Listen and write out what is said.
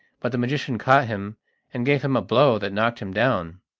but the magician caught him and gave him a blow that knocked him down.